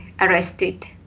arrested